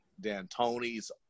D'Antoni's